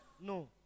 No